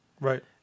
Right